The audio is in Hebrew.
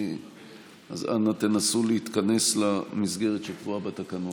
אז אנא, תנסו להתכנס למסגרת שקבועה בתקנון.